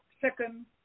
second